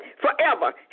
forever